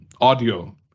audio